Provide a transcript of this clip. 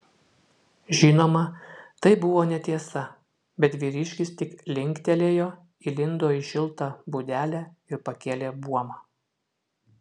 žinoma tai buvo netiesa bet vyriškis tik linktelėjo įlindo į šiltą būdelę ir pakėlė buomą